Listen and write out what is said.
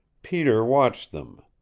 peter watched them.